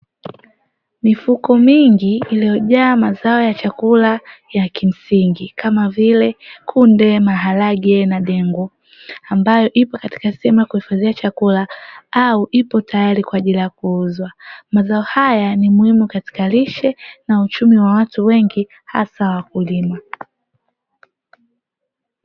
Mifuko mingi iliyojaa mazao ya chakula ya kimsingi, kama vile kunde, maharage na dengu, ambayo ipo katika sehemu ya kuhifadhia chakula au ipo tayari kwa ajili ya kuuzwa. Mazao haya ni muhimu katika lishe na uchumi wa watu wengi hasa wa wakulima.